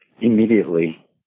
immediately